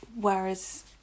whereas